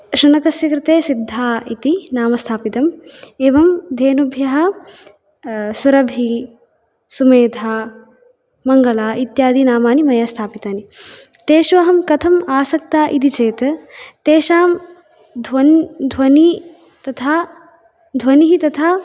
शुनकस्य कृते सिद्धा इति नाम स्थापितम् एवं धेनुभ्यः सुरभिः सुमेधा मङ्गला इत्यादि नामानि मया स्थापितानि तेषु अहं कथं आसक्ता इति चेद् तेषां ध्वन ध्वनिः तथा ध्वनिः तथा